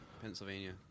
Pennsylvania